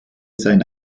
sein